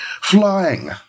flying